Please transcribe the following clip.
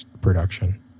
production